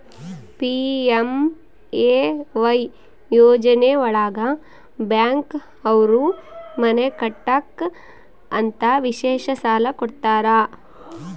PMAY ಯೋಜನೆ ಒಳಗ bank ಅವ್ರು ಮನೆ ಕಟ್ಟಕ್ ಅಂತ ವಿಶೇಷ ಸಾಲ ಕೂಡ ಕೊಡ್ತಾರ